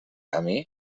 camí